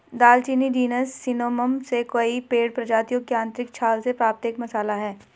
दालचीनी genus Cinnamomum से कई पेड़ प्रजातियों की आंतरिक छाल से प्राप्त एक मसाला है